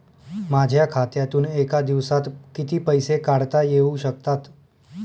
माझ्या खात्यातून एका दिवसात किती पैसे काढता येऊ शकतात?